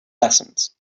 lessons